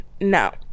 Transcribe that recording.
no